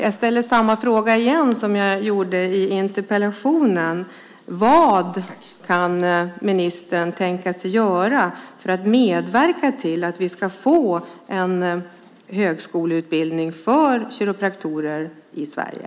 Jag ställer samma fråga som jag ställde i interpellationen: Vad kan ministern tänkas göra för att medverka till att vi ska få en högskoleutbildning för kiropraktorer i Sverige?